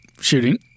shooting